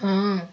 ହଁ